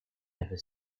ever